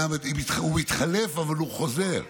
הוא מתחלף אבל הוא חוזר.